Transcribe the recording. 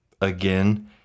Again